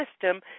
system